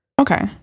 Okay